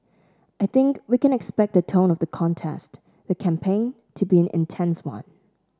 I think we can expect the tone of the contest the campaign to be an intense one